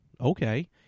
okay